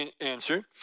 Answer